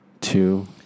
two